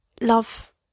love